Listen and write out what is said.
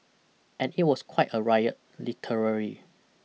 and it was quite a riot literally